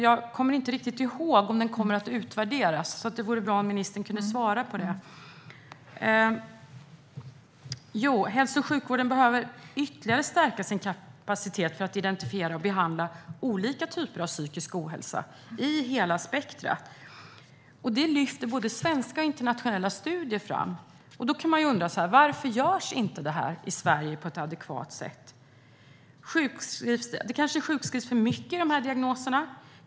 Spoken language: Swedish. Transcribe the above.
Jag kommer inte riktigt ihåg om den kommer att utvärderas - det vore bra om ministern kunde svara på det. Hälso och sjukvården behöver ytterligare stärka sin kapacitet för att identifiera och behandla olika typer av psykisk ohälsa i hela spektrumet, vilket lyfts fram i både svenska och internationella studier. Då kan man undra varför detta inte görs på ett adekvat sätt i Sverige. Det kanske sjukskrivs för mycket i dessa diagnoser.